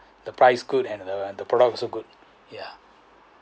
the price good and the products also good ya